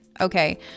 okay